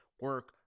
Work